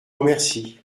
remercie